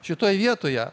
šitoj vietoje